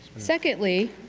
secondly,